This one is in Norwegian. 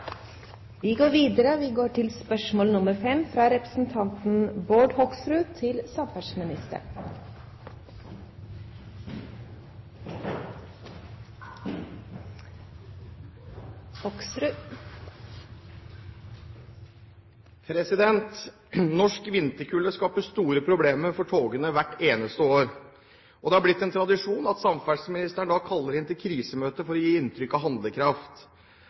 skaper store problemer for togene hvert eneste år, og det har blitt en tradisjon at samferdselsministeren da kaller inn til krisemøter for å gi inntrykk av handlekraft.